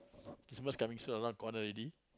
Christmas coming soon a lot gone already